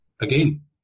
Again